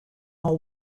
all